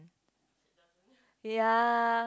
ya